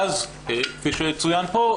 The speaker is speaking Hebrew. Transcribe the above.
כפי שצוין כאן,